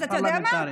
אז אתה יודע מה?